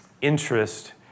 interest